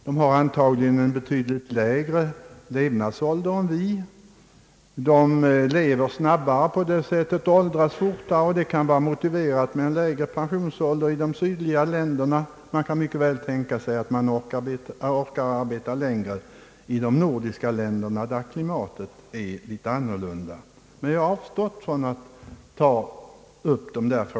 Där har man antagligen en betydligt lägre levnadsålder än vi har. Folk lever därför snabbare och åldras fortare. Därför kan det i sydligare länder vara motiverat med en lägre pensionsålder. Det kan mycket väl tänkas att vi orkar arbeta längre i de nordiska länderna på grund av det annorlunda klimatet. Jag har emellertid som sagt avstått från att göra sådana jämförelser.